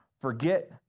forget